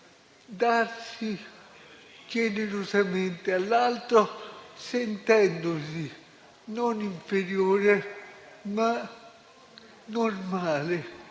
darsi generosamente all'altro, sentendosi non inferiore, ma normale